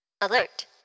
Alert